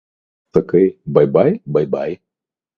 tu man sakai bai bai bai bai